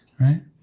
Right